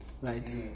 Right